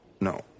No